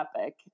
epic